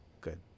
Good